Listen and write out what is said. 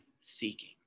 seeking